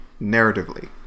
narratively